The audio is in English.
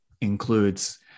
includes